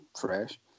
fresh